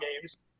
games